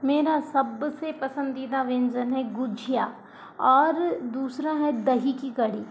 मेरा सबसे पसंदीदा व्यंजन है गुजिया और दूसरा है दही की कढी